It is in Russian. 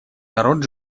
народ